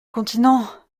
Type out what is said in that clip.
continent